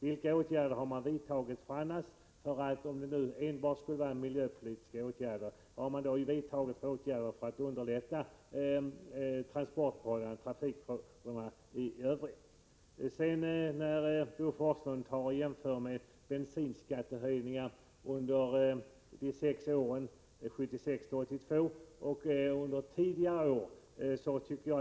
Om skälen är miljöpolitiska, vilka åtgärder har regeringen vidtagit för att underlätta transportförhåliandena och trafiken i övrigt? Bo Forslund jämför bensinskattehöjningar under åren 1976-1982 med höjningar under tidigare år.